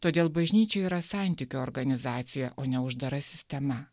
todėl bažnyčia yra santykio organizacija o ne uždara sistema